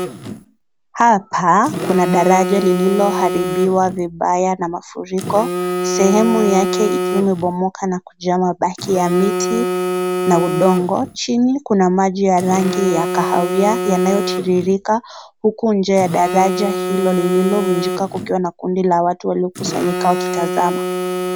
Hapa kuna daraja lililoharibiwa vibaya na mafuriko , Sehemu yake ikiwa imebomoka na kujaa mabaki ya miti na udongo, chini kuna majina rangi ya kahawia yanayotiririka huku njia ya daraja hilo lililovunjika na kundi la watu waliokusanyika wakitazama.